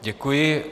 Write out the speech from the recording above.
Děkuji.